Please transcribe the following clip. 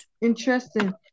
Interesting